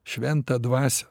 šventą dvasią